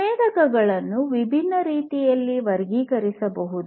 ಸಂವೇದಕಗಳನ್ನು ವಿಭಿನ್ನ ರೀತಿಯಲ್ಲಿ ವರ್ಗೀಕರಿಸಬಹುದು